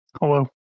Hello